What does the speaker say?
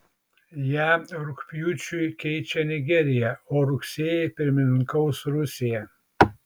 ją rugpjūčiui keičia nigerija o rugsėjį pirmininkaus rusija